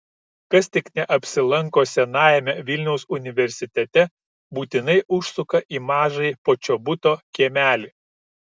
kas tik neapsilanko senajame vilniaus universitete būtinai užsuka į mažąjį počobuto kiemelį